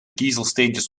kiezelsteentjes